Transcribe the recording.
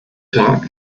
tag